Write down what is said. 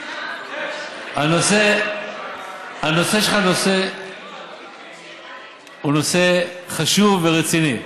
הנושא שלך הוא נושא חשוב ורציני.